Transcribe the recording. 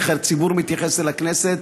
איך הציבור מתייחס אל הכנסת,